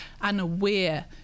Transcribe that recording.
unaware